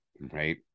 right